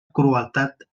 crueltat